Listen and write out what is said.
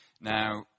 Now